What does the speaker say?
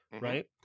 right